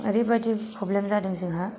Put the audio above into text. ओरैबादि प्रब्लेम जादों जोंहा